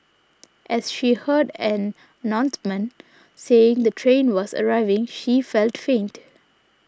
as she heard an announcement saying the train was arriving she felt faint